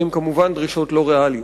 הן כמובן דרישות לא ריאליות.